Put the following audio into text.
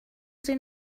sie